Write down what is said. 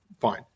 Fine